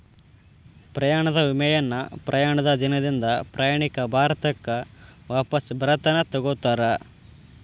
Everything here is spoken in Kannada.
ಪ್ರಯಾಣದ ವಿಮೆಯನ್ನ ಪ್ರಯಾಣದ ದಿನದಿಂದ ಪ್ರಯಾಣಿಕ ಭಾರತಕ್ಕ ವಾಪಸ್ ಬರತನ ತೊಗೋತಾರ